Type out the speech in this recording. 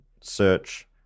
search